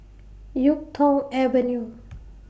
Yuk Tong Avenue